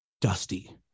Dusty